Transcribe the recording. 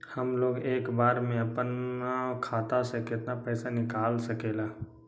हमलोग एक बार में अपना खाता से केतना पैसा निकाल सकेला?